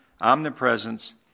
omnipresence